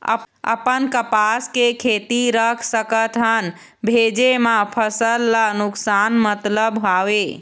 अपन कपास के खेती रख सकत हन भेजे मा फसल ला नुकसान मतलब हावे?